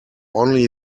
only